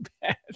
bad